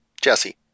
Jesse